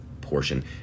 portion